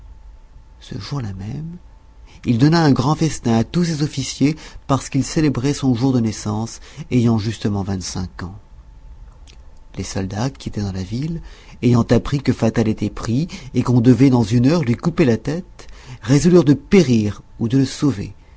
ce jour-là même il donna un grand festin à ses officiers parce qu'il célébrait son jour de naissance ayant justement vingt-cinq ans les soldats qui étaient dans la ville ayant appris que fatal était pris et qu'on devait dans une heure lui couper la tête résolurent de périr ou de le sauver